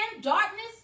darkness